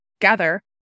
Gather